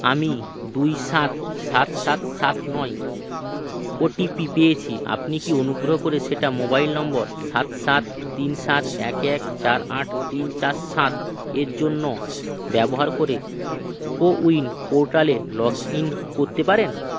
আমি দুই সাত সাত সাত সাত নয় ওটিপি পেয়েছি আপনি কি অনুগ্রহ করে সেটা মোবাইল নম্বর সাত সাত তিন সাত এক এক চার আট তিন চার সাত এর জন্য ব্যবহার করে কোউইন পোর্টালে লগ ইন করতে পারেন